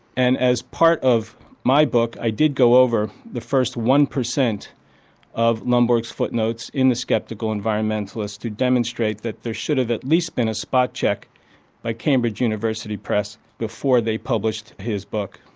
and as part of my book i did go over the first one percent of lomborg's footnotes in the sceptical environmentalist to demonstrate that there should have at least been a spot-check by cambridge university press before they published his book.